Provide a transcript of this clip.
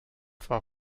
zwar